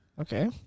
Okay